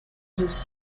sus